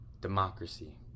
democracy